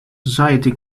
society